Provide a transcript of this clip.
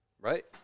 Right